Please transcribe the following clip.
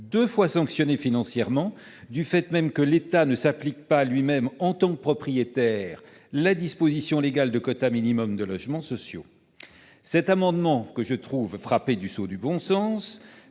deux fois sanctionnées financièrement du fait même que l'État ne s'applique pas à lui-même, en tant que propriétaire, la disposition légale de quota minimal de logements sociaux. Cet amendement, que je trouve frappé du sceau du bon sens,